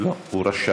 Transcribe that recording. לא.